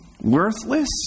Worthless